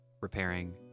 repairing